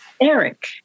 Eric